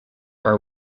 are